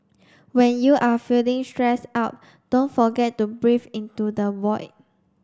when you are feeling stressed out don't forget to breathe into the void